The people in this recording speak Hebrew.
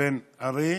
בן ארי,